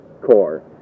core